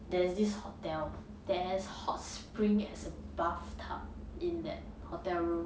there's this hotel there's hot spring as a bathtub in that hotel room